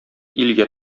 илгә